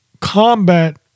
combat